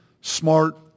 smart